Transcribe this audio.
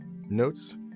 Notes